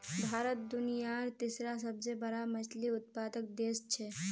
भारत दुनियार तीसरा सबसे बड़ा मछली उत्पादक देश छे